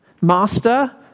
master